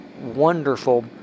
wonderful